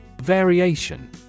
Variation